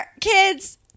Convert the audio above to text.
kid's